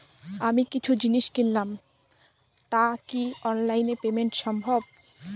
আমি কিছু জিনিস কিনলাম টা কি অনলাইন এ পেমেন্ট সম্বভ?